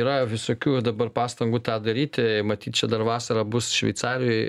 yra visokių dabar pastangų tą daryti matyt čia dar vasarą bus šveicarijoj